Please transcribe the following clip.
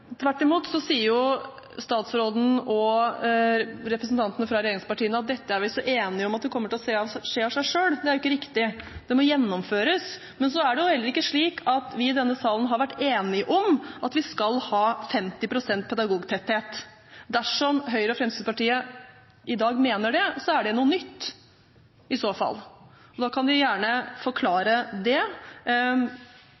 Tvert imot sier statsråden og representantene fra regjeringspartiene at dette er vi så enige om at det kommer til å skje av seg selv. Det er ikke riktig, det må gjennomføres. Men så er det heller ikke slik at vi i denne salen har vært enige om at vi skal ha 50 pst. pedagogtetthet. Dersom Høyre og Fremskrittspartiet i dag mener det, er det noe nytt, i så fall. Da kan de gjerne